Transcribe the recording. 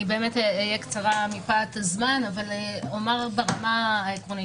אני באמת אהיה קצרה מפאת הזמן אבל אומר דבר מה עקרוני.